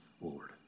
Lord